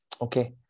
Okay